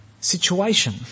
situation